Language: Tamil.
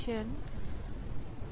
எனவே அவை இணையாக இயங்குகின்றன